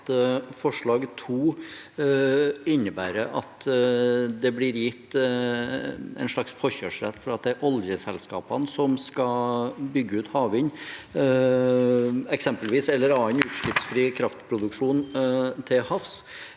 forslag nr. 2 innebærer at det blir gitt en slags forkjørsrett der det er oljeselskapene som skal bygge ut eksempelvis havvind eller annen utslippsfri kraftproduksjon til havs.